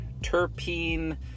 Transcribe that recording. terpene